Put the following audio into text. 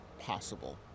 possible